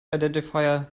identifier